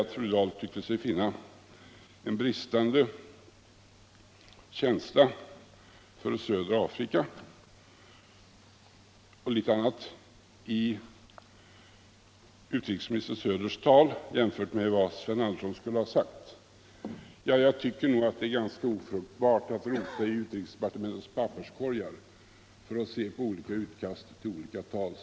Fru Dahl tyckte sig finna bristande känsla för södra Afrika och litet annat i utrikesminister Söders tal jämfört med vad Sven Andersson skulle ha sagt. Jag tycker nog att det är ganska ofruktbart att rota i utrikesdepartementets papperskorgar för att se på olika utkast till tal.